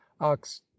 ox